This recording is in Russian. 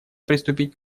приступить